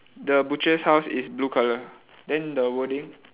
the butcher's house is blue colour then the wording